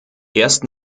erst